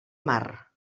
mar